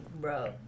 bro